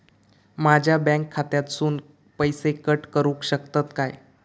माझ्या बँक खात्यासून पैसे कट करुक शकतात काय?